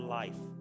life